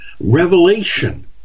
revelation